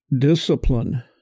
discipline